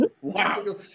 Wow